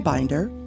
Binder